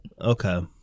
Okay